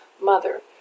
mother